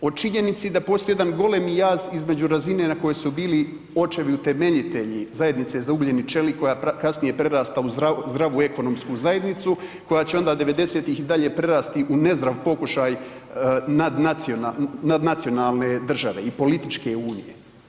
O činjenici da postoji jedan golemi jaz između razine na kojoj su bili očevi utemeljitelji zajednice za ugljen i čelik koja je kasnije prerasta u zdravu ekonomsku zajednicu koja će onda '90.-tih i dalje prerasti u nezdrav pokušaj nadnacionalne države i političke unije.